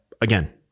Again